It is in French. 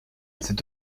c’est